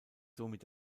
somit